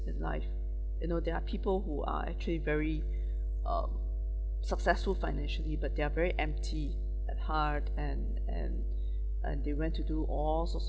in life you know there are people who are actually very um successful financially but they are very empty at heart and and and they went to do all sorts